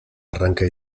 arranque